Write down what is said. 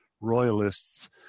royalists